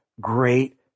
great